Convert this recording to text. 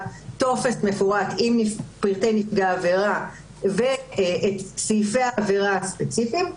טופס מפורט עם פרטי נפגעי העבירה ואת סעיפי העבירה הספציפיים,